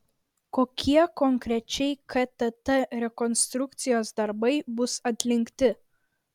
kokie konkrečiai ktt rekonstrukcijos darbai bus atlikti